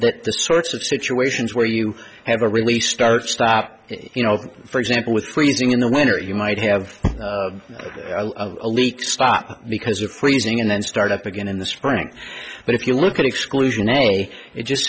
the sorts of situations where you have a really start stop you know for example with freezing in the winter you might have a leak stop because of freezing and then start up again in the spring but if you look at exclusion a it just